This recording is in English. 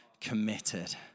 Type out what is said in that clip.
committed